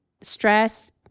stress